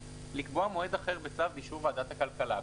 לקבוע מועד אחר בצו באישור ועדת הכלכלה".